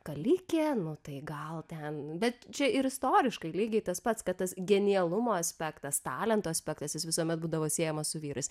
kalikė nu tai gal ten bet čia ir istoriškai lygiai tas pats kad tas genialumo aspektas talento aspektas jis visuomet būdavo siejamas su vyrais